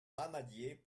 ramadier